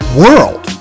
world